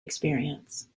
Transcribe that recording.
experience